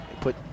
Put